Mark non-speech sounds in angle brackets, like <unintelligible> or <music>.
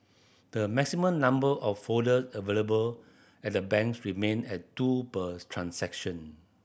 the maximum number of folders available at the banks remain at two per <unintelligible> transaction